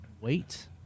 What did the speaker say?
wait